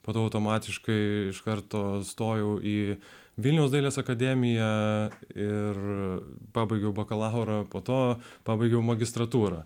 po to automatiškai iš karto stojau į vilniaus dailės akademiją ir pabaigiau bakalauro po to pabaigiau magistratūrą